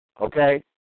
Okay